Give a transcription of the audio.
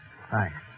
Hi